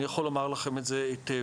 אני יכול לומר לכם את זה היטב.